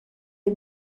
les